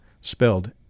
spelled